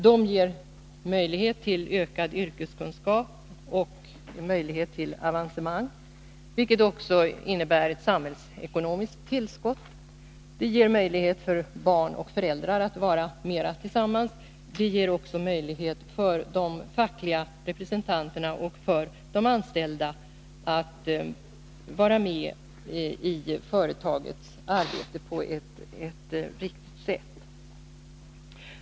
De ger möjlighet till ökad yrkeskunskap och möjlighet till avancemang, vilket också innebär ett samhällsekonomiskt tillskott. De ger möjlighet för barn och föräldrar att vara mera tillsammans. De ger också möjlighet för de fackliga representanterna och de anställda att vara med i företagets arbete på ett riktigt sätt.